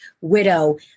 widow